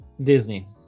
Disney